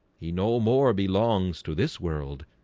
he no more belongs to this world,